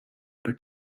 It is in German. oder